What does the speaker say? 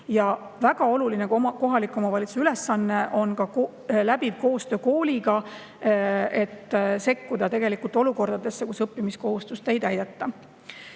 Ja väga oluline kohaliku omavalitsuse ülesanne on ka pidev koostöö kooliga, et sekkuda olukordadesse, kus õppimiskohustust ei täideta.